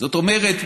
זאת אומרת,